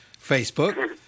Facebook